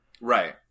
Right